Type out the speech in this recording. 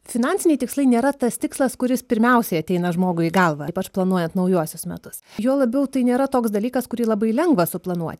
finansiniai tikslai nėra tas tikslas kuris pirmiausiai ateina žmogui į galvą ypač planuojant naujuosius metus juo labiau tai nėra toks dalykas kurį labai lengva suplanuoti